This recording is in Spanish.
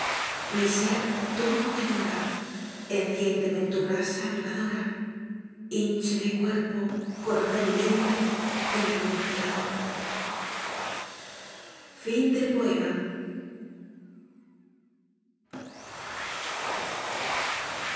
mi ser todo te adora enciéndeme en tu brasa avivadora híncheme cuerpo corazón y mente en la luz del amor